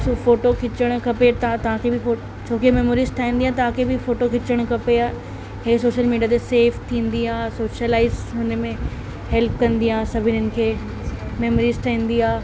सो photo खीचणु खपे त तव्हांखे बि छो की मैमोरीज ठाहींदी आहे तव्हांखे बि फ़ोटो खीचणु खपे या हे सोशल मीडिया ते सेफ थींदी आहे सोशलाइस हुन में हैल्प कंदी आहियां सभिनीनि खे मैमोरीज ठाहींदी आहे